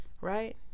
right